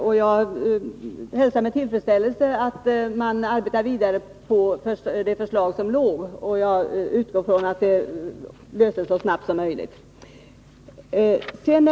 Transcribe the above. Och jag hälsar med tillfredsställelse att man arbetar vidare på det förslag som ligger, och jag utgår från att frågan blir löst så snabbt som möjligt.